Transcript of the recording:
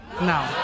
No